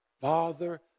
Father